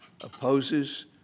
opposes